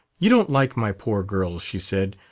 you don't like my poor girls, she said.